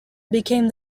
became